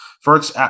First